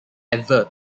ever